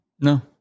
No